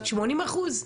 80%?